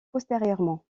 postérieurement